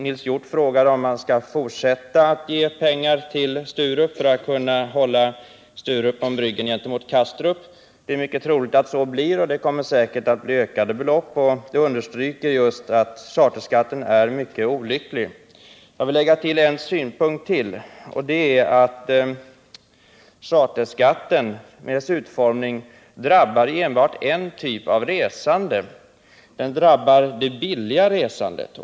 Nils Hjorth frågade om regeringen skall fortsätta att ge pengar till Sturup för att kunna hålla Sturup om ryggen gentemot Kastrup. Det är mycket troligt att så blir fallet, och det kommer säkert att bli fråga om ökade belopp. Det understryker att charterskatten har en mycket olycklig konstruktion. Jag vill tillägga ytterligare en synpunkt. Charterskatten i dess nuvarande utformning drabbar enbart en typ av resande — det billiga resandet.